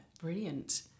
brilliant